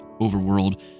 overworld